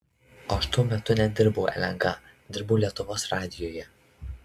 aš tuo metu nedirbau lnk dirbau lietuvos radijuje